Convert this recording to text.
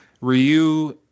Ryu